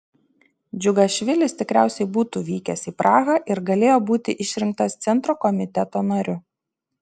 džiugašvilis tikriausiai būtų vykęs į prahą ir galėjo būti išrinktas centro komiteto nariu